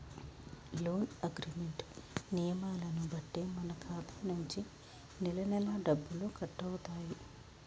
loan agreement నియమాలను బట్టే మన ఖాతా నుంచి నెలనెలా డబ్బులు కట్టవుతాయి